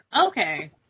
Okay